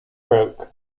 joke